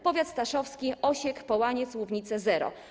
Powiat staszowski: Osiek, Połaniec, Łubnice - zero.